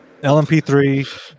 LMP3